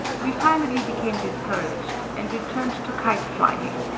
we finally became discouraged, and returned to kite-flying,